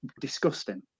disgusting